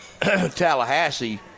tallahassee